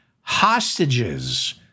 hostages